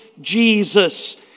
Jesus